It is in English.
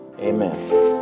amen